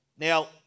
Now